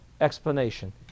explanation